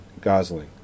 Gosling